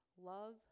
Love